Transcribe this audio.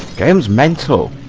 cans mental